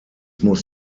muss